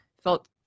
felt